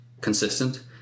consistent